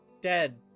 dead